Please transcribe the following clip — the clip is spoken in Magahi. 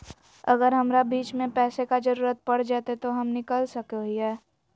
अगर हमरा बीच में पैसे का जरूरत पड़ जयते तो हम निकल सको हीये